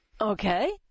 Okay